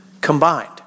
combined